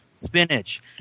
spinach